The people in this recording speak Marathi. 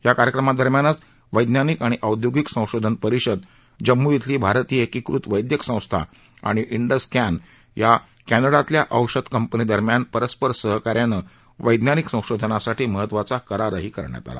या कार्यक्रमादरम्यानच वक्तिनिक आणि औद्योगिक संशोधन परिषद जम्मू इथली भारतीय एकीकृत वद्यक्रे संस्था आणि इंडस स्क्रिया क्रिडिक्टिया औषध कंपनीदरम्यान परस्पर सहकार्यानं वज्ञनिक संशोधनासाठी महत्वाचा करारही करण्यात आला